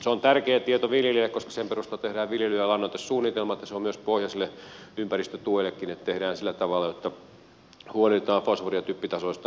se on tärkeä tieto viljelijälle koska sen perusteella tehdään viljely ja lannoitesuunnitelmat ja se on tärkeä myös pohjoiselle ympäristötuellekin että tehdään sillä tavalla että huolehditaan fosfori ja typpitasoista oikealla tasolla